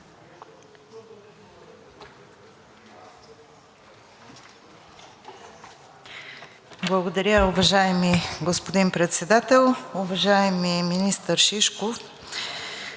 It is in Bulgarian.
Благодаря, уважаеми господин Председател. Уважаеми министър Шишков,